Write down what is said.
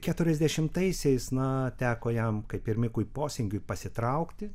keturiasdešimtaisiais na teko jam kaip ir mikui posingiui pasitraukti